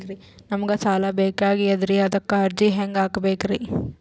ನಮಗ ಸಾಲ ಬೇಕಾಗ್ಯದ್ರಿ ಅದಕ್ಕ ಅರ್ಜಿ ಹೆಂಗ ಹಾಕಬೇಕ್ರಿ?